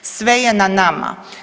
Sve je na nama.